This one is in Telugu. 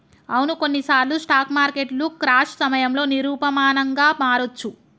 అవును కొన్నిసార్లు స్టాక్ మార్కెట్లు క్రాష్ సమయంలో నిరూపమానంగా మారొచ్చు